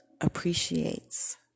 appreciates